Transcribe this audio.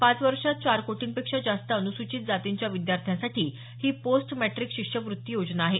पाच वर्षात चार कोटींपेक्षा जास्त अनुसूचित जातींच्या विद्यार्थ्यांसाठी ही पोस्ट मॅटि़क शिष्यवृत्ती योजना आहे